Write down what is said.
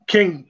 King